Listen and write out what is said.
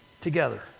together